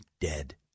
dead